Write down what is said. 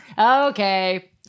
Okay